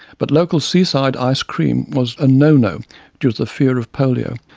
but local seaside ice-cream was a no-no due to the fear of polio,